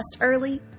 early